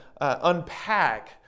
unpack